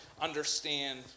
understand